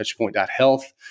touchpoint.health